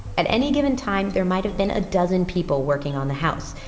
at any given time, there might've been a dozen people working on the house.